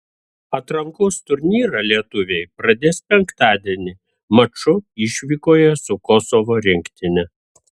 atrankos turnyrą lietuviai pradės penktadienį maču išvykoje su kosovo rinktine